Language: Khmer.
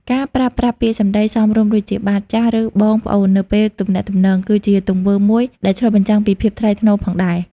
ការប្រើប្រាស់ពាក្យសម្ដីសមរម្យដូចជា "បាទ/ចាស" ឬ "បង/ប្អូន" នៅពេលទំនាក់ទំនង គឺជាទង្វើមួយដែលឆ្លុះបញ្ចាំងពីភាពថ្លៃថ្នូរផងដែរ។